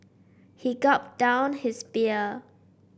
he gulped down his beer